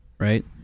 Right